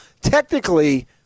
technically